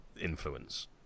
Influence